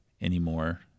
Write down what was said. anymore